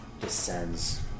descends